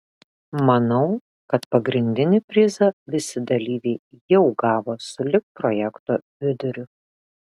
manau kad pagrindinį prizą visi dalyviai jau gavo sulig projekto viduriu